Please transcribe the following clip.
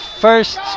first